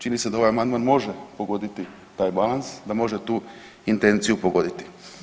Čini se da ovaj amandman može pogoditi taj balans, da može tu intenciju pogoditi.